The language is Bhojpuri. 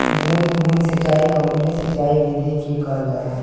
बूंद बूंद सिंचाई कवने सिंचाई विधि के कहल जाला?